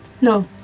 No